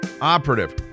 operative